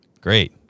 great